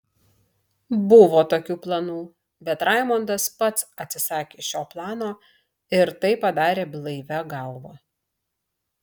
buvo tokių planų bet raimondas pats atsisakė šio plano ir tai padarė blaivia galva